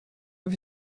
auf